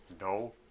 No